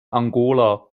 angola